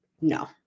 no